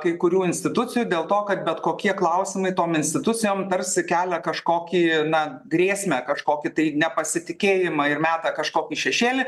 kai kurių institucijų dėl to kad bet kokie klausimai tom institucijom tarsi kelia kažkokį na grėsmę kažkokį tai nepasitikėjimą ir meta kažkokį šešėlį